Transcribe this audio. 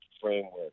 framework